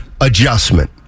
adjustment